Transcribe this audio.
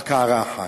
רק הערה אחת: